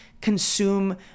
consume